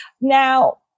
Now